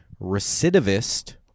Recidivist